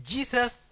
Jesus